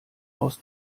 aus